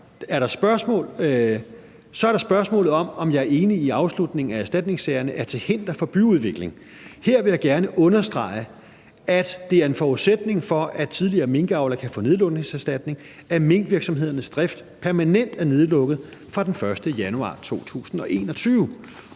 Så er der spørgsmålet om, om jeg er enig i, at afslutningen af erstatningssagerne er til hinder for byudviklingen. Her vil jeg gerne understrege, at det er en forudsætning for, at tidligere minkavlere kan få nedlukningserstatning, at minkvirksomhedernes drift permanent er nedlukket fra den 1. januar 2021.